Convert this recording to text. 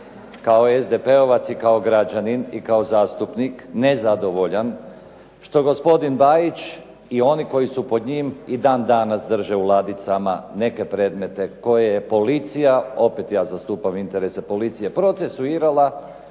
kao SDP-ovac, kao građanin i kao zastupnik nezadovoljan što gospodin Bajić i oni koji su pod njim i dan danas drže u ladicama neke predmete koje je policija, opet ja zastupam interese policije, procesuirala,